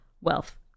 Wealth